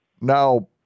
Now